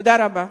תודה רבה.